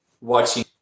watching